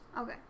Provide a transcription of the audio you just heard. Okay